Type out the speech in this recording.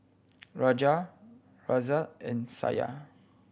Raja Razia and Satya